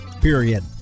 period